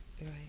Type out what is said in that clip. Right